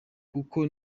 kuko